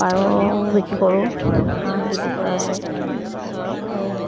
পাৰও বিক্ৰী কৰোঁ হাঁহ বিক্ৰী কৰা হয় আৰু